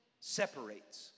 separates